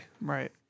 Right